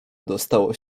dostało